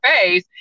face